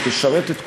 היא תשרת את כולנו,